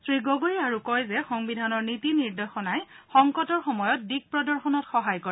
শ্ৰীগগৈয়ে আৰু কয় যে সংবিধানৰ নীতি নিৰ্দেশনাই সংকটৰ সময়ত দিক প্ৰদৰ্শনত সহায় কৰে